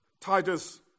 Titus